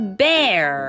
bear